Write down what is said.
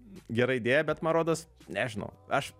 gera idėja bet man rodos nežinau aš